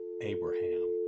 Abraham